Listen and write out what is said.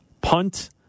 Punt